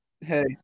Hey